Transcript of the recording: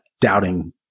doubting